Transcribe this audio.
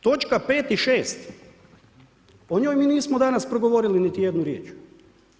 Točka 5. i 6. o njoj mi nismo danas progovorili niti jednu riječ.